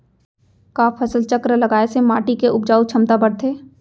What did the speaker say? का फसल चक्र लगाय से माटी के उपजाऊ क्षमता बढ़थे?